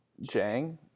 Jang